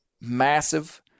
massive